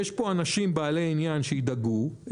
יש פה אנשים בעלי עניין שידאגו,